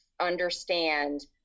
understand